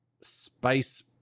space